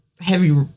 heavy